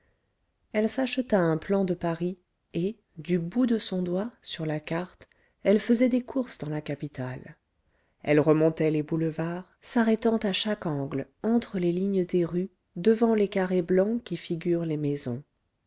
elle s'acheta un plan de paris et du bout de son doigt sur la carte elle faisait des courses dans la capitale elle remontait les boulevards s'arrêtant à chaque angle entre les lignes des rues devant les carrés blancs qui figurent les maisons